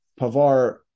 Pavar